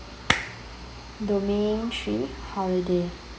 domain three holiday